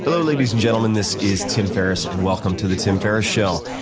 hello ladies and gentlemen. this is tim ferriss, and welcome to the tim ferriss show.